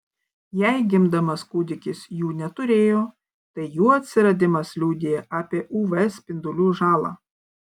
jei gimdamas kūdikis jų neturėjo tai jų atsiradimas liudija apie uv spindulių žalą